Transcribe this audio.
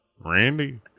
Randy